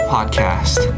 Podcast